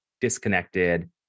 disconnected